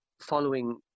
following